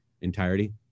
entirety